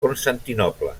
constantinoble